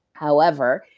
however,